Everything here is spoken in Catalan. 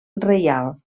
reial